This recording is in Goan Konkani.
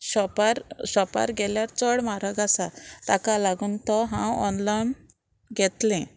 शॉपार शॉपार गेल्यार चड म्हारग आसा ताका लागून तो हांव ऑनलायन घेतलें